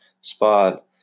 spot